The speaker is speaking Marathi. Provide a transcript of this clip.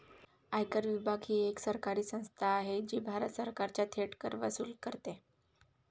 आयकर विभाग ही एक सरकारी संस्था आहे जी भारत सरकारचा थेट कर वसूल करते